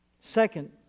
Second